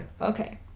Okay